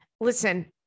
Listen